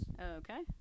Okay